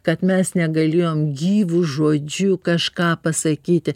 kad mes negalėjom gyvu žodžiu kažką pasakyti